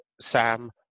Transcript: sam